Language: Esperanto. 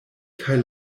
kaj